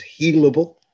healable